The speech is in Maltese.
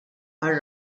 għar